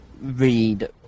read